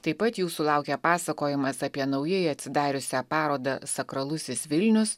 taip pat jūsų laukia pasakojimas apie naujai atsidariusią parodą sakralusis vilnius